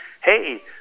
hey